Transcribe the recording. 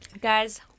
Guys